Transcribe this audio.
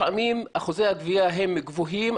לפעמים אחוזי הגבייה הם גבוהים,